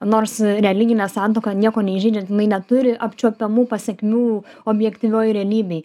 nors religinė santuoka nieko neįžeidžiant jinai neturi apčiuopiamų pasekmių objektyvioj realybėj